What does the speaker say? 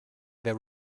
their